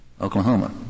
Oklahoma